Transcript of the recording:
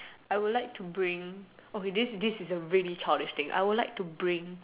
I would like to bring okay this this is a really childish thing I would like to bring